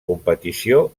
competició